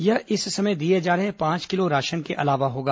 यह इस समय दिए जा रहे पांच किलो राशन के अलावा होगा